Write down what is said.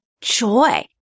joy